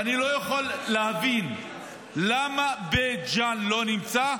ואני לא יכול להבין למה בית ג'ן לא נמצא,